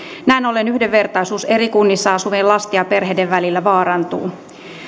näin ollen yhdenvertaisuus eri kunnissa asuvien lasten ja perheiden välillä vaarantuu